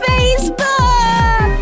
Facebook